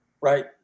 Right